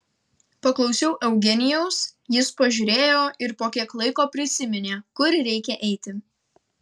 paklausiau eugenijaus jis pažiūrėjo ir po kiek laiko prisiminė kur reikia eiti